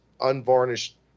unvarnished